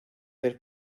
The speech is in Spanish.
del